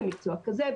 למקצוע כזה,